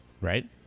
right